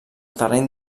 terreny